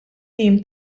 tim